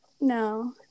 No